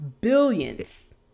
billions